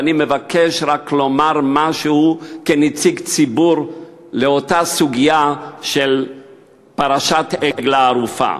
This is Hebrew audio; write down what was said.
ואני מבקש רק לומר משהו כנציג ציבור על אותה סוגיה של פרשת עגלה ערופה.